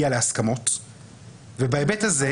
בדיוק בשביל לשדר את המסר הזה,